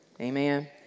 Amen